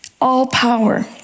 All-power